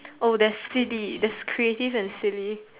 there's C_D there's creative and C_D